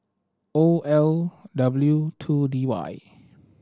O L W two D Y